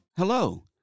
Hello